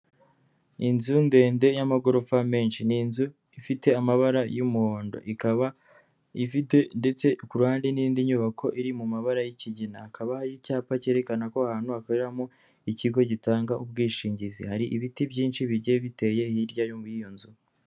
Inzu ndende y'amagorofa menshi, ni inzu ifite amabara y'umuhondo ikaba ifite ndetse ku ruhande n'indi nyubako iri mu mabara y'ikigina, hakaba hari icyapa cyerekana ko ahantu hakoreramo ikigo gitanga ubwishingizi, hari ibiti byinshi bigiye biteye hirya y'iyo nzu,